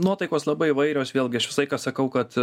nuotaikos labai įvairios vėlgi aš visą laiką sakau kad